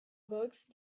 box